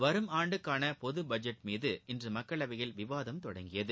வரும் ஆண்டுக்கான பொது பட்ஜெட் மீது இன்று மக்களவையில் விவாதம் தொடங்கியது